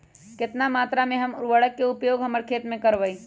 कितना मात्रा में हम उर्वरक के उपयोग हमर खेत में करबई?